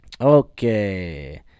Okay